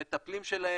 המטפלים שלהם,